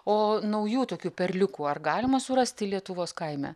o naujų tokių perliukų ar galima surasti lietuvos kaime